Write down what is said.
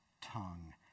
tongue